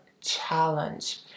challenge